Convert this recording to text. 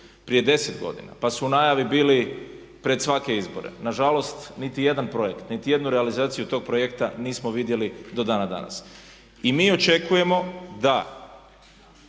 prije 10 godina pa su najave bile pred svake izbore. Nažalost niti jedan projekt, niti jednu realizaciju tog projekta nismo vidjeli do dana danas. I mi očekujemo da